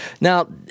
Now